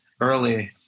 early